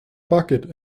bucket